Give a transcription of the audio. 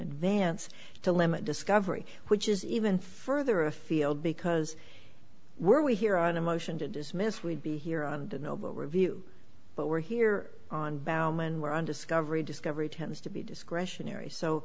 advance to limit discovery which is even further afield because we're here on a motion to dismiss we'd be here on the noble review but we're here on baumann where on discovery discovery tends to be discretionary so